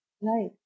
Right